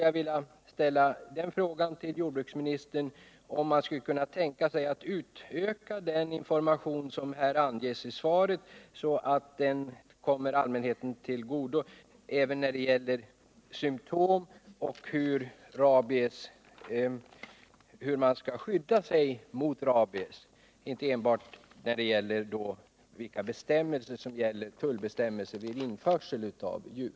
Jag vill därför till jordbruksministern ställa frågan om han skulle kunna tänka sig att utöka den informationsverksamhet till allmänheten som redovisas i svaret till att omfatta även symtom på rabies och vilka möjligheter som finns att skydda sig mot sjukdomen, dvs. så att informationen inte enbart avser vilka tullbestämmelser som gäller vid införsel av djur.